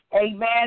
Amen